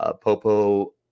Popo